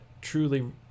truly